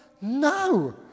No